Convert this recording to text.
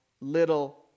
little